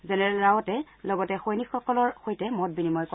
general ৰাৱটে লগতে সৈনিকসকলৰ সৈতে মত বিনিময় কৰে